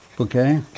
okay